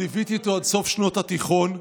ליוויתי אותו עד סוף שנות התיכון.